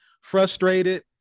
frustrated